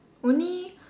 only